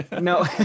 no